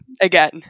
again